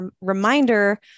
reminder